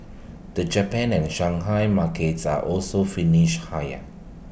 the Japan and Shanghai markets are also finished higher